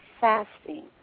fasting